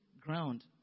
ground